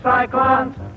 cyclones